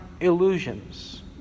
illusions